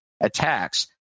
attacks